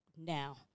now